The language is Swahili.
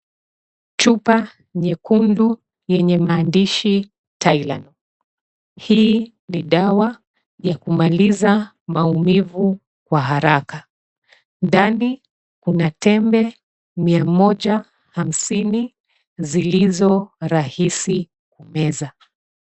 Chupa nyekundu yenye maandishi Tylenol .Hii ni dawa ya kumaliza maumivu kwa haraka. Ndani kuna tembe mia moja hamsini zilizo rahisi kumeza.